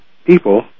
People